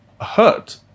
hurt